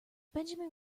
benjamin